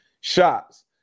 Shots